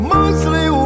Mostly